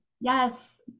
Yes